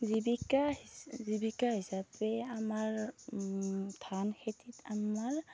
জীৱিকা হি জীৱিকা হিচাপে আমাৰ ধানখেতিত আমাৰ